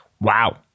Wow